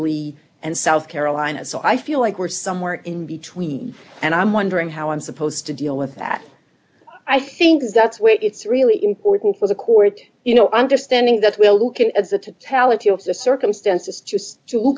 lee and south carolina so i feel like we're somewhere in between and i'm wondering how i'm supposed to deal with that i think that's why it's really important for the court you know understanding that we'll